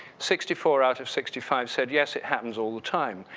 sixty four out of sixty five said, yes, it happens all the time.